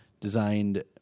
designed